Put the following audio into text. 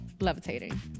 Levitating